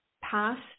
past